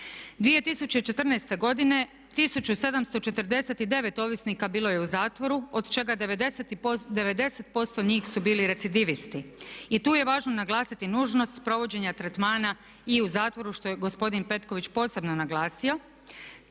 2014. godine 1749 ovisnika bilo je u zatvoru od čega 90% njih su bili recidivisti. I tu je važno naglasiti nužnost provođenja tretmana i u zatvoru što je gospodin Petković posebno naglasio.